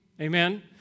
Amen